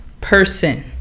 person